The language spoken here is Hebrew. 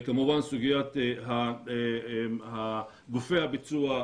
כמובן סוגיית גופי הביצוע,